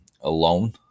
alone